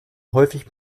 häufig